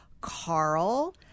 Carl